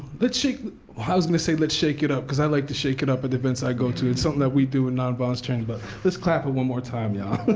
let's shake i was going to say, let's shake it up, because i like to shake it up at events i go to. it's something that we do in nonviolence training, but let's clap one more time, yeah but